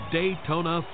Daytona